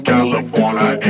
California